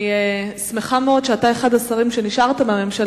אני שמחה מאוד שאתה אחד השרים שנשארו מהממשלה